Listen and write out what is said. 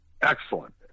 excellent